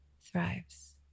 thrives